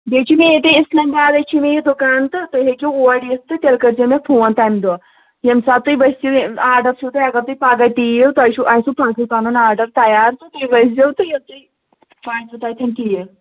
بیٚیہِ چھِ مےٚ ییٚتے اِسلام بادَے چھِ مےٚ یہِ دُکان تہٕ تُہۍ ہیٚکِو اور یِتھ تہٕ تیٚلہِ کٔرۍزیو مےٚ فون تَمہِ دۄہ ییٚمہِ ساتہٕ تُہۍ ؤسِو آرڈر چھُو تۄہہِ اگر تُہۍ پگاہ تہِ یِیِو تۄہہِ چھُو آسِوٕ آرڈر تَیار تہٕ تُہۍ ؤسۍزیو تہٕ ییٚلہِ تُہۍ باسِوٕ تَتٮ۪ن ٹھیٖک